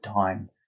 time